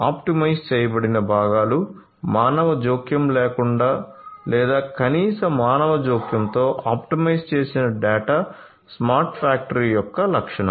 optimise చేయబడిన భాగాలు మానవ జోక్యం లేకుండా లేదా కనీస మానవ జోక్యం తో ఆప్టిమైజ్ చేసిన డేటా స్మార్ట్ ఫ్యాక్టరీ యొక్క లక్షణం